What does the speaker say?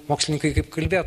mokslininkai kaip kalbėt